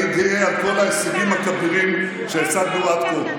אני גאה על כל ההישגים הכבירים שהשגנו עד כה,